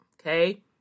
Okay